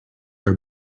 are